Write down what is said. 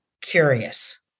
curious